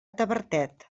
tavertet